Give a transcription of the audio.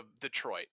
Detroit